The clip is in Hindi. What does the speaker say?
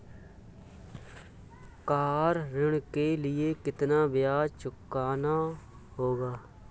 कार ऋण के लिए कितना ब्याज चुकाना होगा?